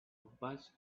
bus